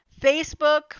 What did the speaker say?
Facebook